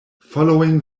following